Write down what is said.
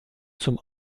zum